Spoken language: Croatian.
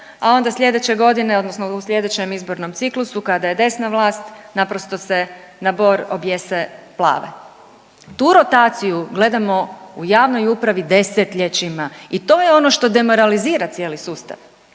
a onda sljedeće godine odnosno u sljedećem izbornom ciklusu kada je desna vlast naprosto se na bor objese plave. Tu rotaciju gledamo u javnoj upravi desetljećima i to je ono što demoralizirali cijeli sustav.